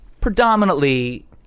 predominantly